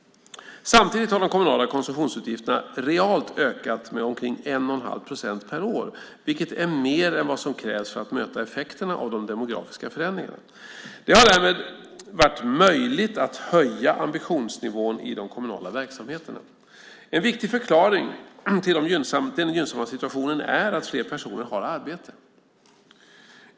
Samtidigt har de kommunala konsumtionsutgifterna realt ökat med omkring 1 1⁄2 procent per år, vilket är mer än vad som krävs för att möta effekterna av de demografiska förändringarna. Det har därmed varit möjligt att höja ambitionsnivån i de kommunala verksamheterna. En viktig förklaring till den gynnsamma situationen är att fler personer har arbete.